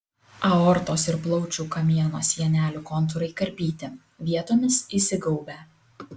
aortos ir plaučių kamieno sienelių kontūrai karpyti vietomis įsigaubę